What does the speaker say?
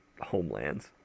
homelands